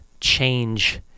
change